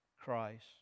Christ